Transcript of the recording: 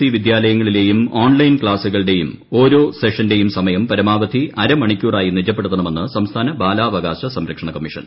E വിദ്യാലയങ്ങളിലെയും online ക്ലാസുകളുടെയും ഓരോ സെഷന്റെയും സമയം പരമാവധി അര മണിക്കൂറായി നിജപ്പെടുത്തണമെന്ന് സംസ്ഥാന ബാലാവകാശ സംരക്ഷണ കമ്മീഷൻ